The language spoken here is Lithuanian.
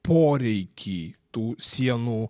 poreikį tų sienų